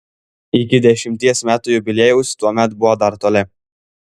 iki dešimties metų jubiliejaus tuomet buvo dar toli